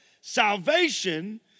Salvation